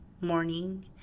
morning